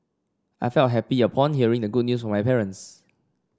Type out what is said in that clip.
I felt happy upon hearing the good news my parents